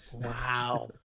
wow